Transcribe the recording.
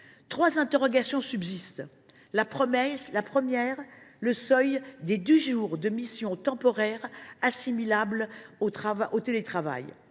Trois interrogations subsistent en effet. La première a trait au seuil des dix jours de missions temporaires assimilables au télétravail.